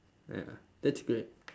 ya that's great